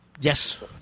yes